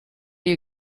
you